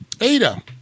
ada